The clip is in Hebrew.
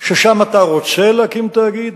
ששם אתה רוצה להקים תאגיד,